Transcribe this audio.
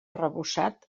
arrebossat